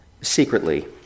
secretly